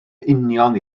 union